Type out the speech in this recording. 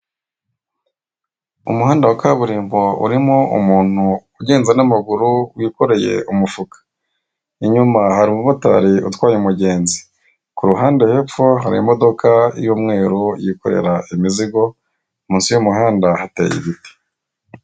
Umuhanda wa kaburimbo urimo umuntu ugenza n'amaguru wikoreye umufuka, inyuma hari umumotari utwaye umugenzi, ku ruhande hepfo hari imodoka y'umweru yikorera imizigo, mu nsi y'umuhanda hateye ibiti.